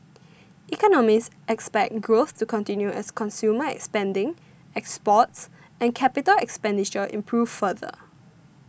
economists expect growth to continue as consumer spending exports and capital expenditure improve further